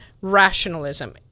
rationalism